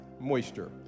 moisture